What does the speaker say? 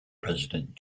president